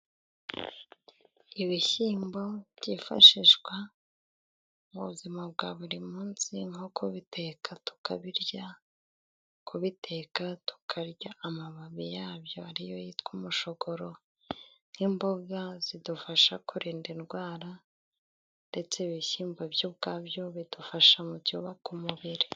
Ibishyimbo byifashishwa mu buzima bwa buri munsi, nko kubiteka tukabirya, kubiteka tukarya amababi yabyo, ari yo yitwa umushogoro, nk'imboga zidufasha kurinda indwara, ndetse ibishyimbo byo ubwabyo, bidufasha mu byubaka umubiri.